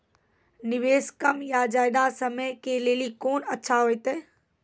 निवेश कम या ज्यादा समय के लेली कोंन अच्छा होइतै?